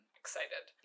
excited